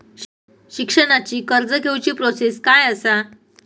शिक्षणाची कर्ज घेऊची प्रोसेस काय असा?